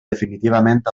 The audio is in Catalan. definitivament